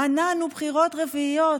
מנענו בחירות רביעיות.